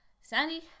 sandy